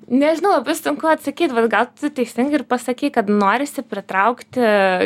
nežinau sunku atsakyt bet gal tu teisingai ir pasakei kad norisi pritraukti